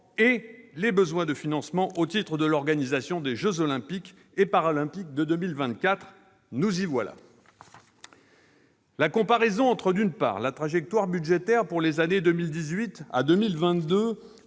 et les besoins de financement au titre de l'organisation des jeux Olympiques et Paralympiques de 2024. Nous y voilà ! La comparaison entre, d'une part, la trajectoire budgétaire pour les années 2018 à 2022